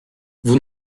vous